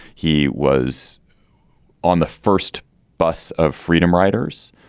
he was on the first bus of freedom riders.